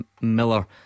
Miller